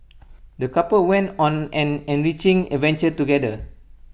the couple went on an enriching adventure together